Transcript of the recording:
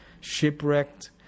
shipwrecked